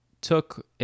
took